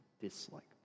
disliked